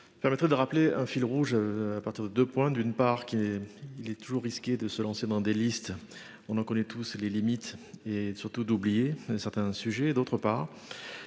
Permettrait de rappeler un fil rouge à partir de 2 points. D'une part qu'il est, il est toujours risqué de se lancer dans des listes. On en connaît tous les limites et surtout d'oublier certains sujets et d'autre part